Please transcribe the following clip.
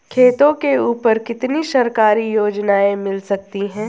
खेतों के ऊपर कितनी सरकारी योजनाएं मिल सकती हैं?